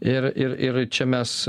ir ir ir čia mes